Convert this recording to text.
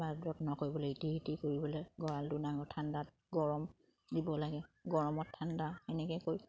বা যত্ন কৰিবলে ইতি সিতি কৰিবলে গঁড়ালটো ডাঙৰ ঠাণ্ডাত গৰম দিব লাগে গৰমত ঠাণ্ডা সেনেকে কৰি